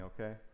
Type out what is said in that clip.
okay